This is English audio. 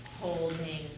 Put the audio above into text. holding